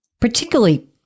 particularly